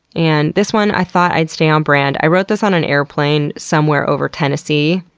and this one i thought i'd stay on brand. i wrote this on an airplane somewhere over tennessee,